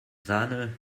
sahne